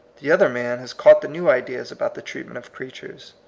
the other man has caught the new ideas about the treat ment of creatures.